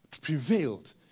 prevailed